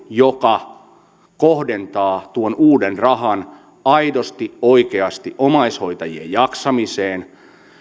joka kohdentaa tuon uuden rahan aidosti oikeasti omaishoitajien jaksamiseen